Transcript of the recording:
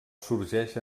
sorgeix